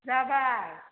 जाबाय